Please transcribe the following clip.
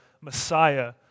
Messiah